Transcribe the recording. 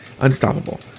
Unstoppable